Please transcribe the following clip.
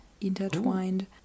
intertwined